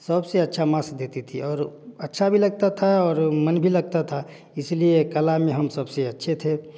सबसे अच्छा मार्क्स देती थी और अच्छा भी लगता था और मन भी लगता था इसीलिए कला में हम सबसे अच्छे थे